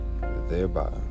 thereby